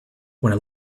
when